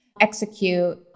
execute